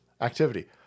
activity